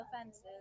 offenses